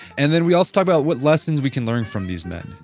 and then we also talk about what lessons we can learn from these men.